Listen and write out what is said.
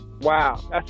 wow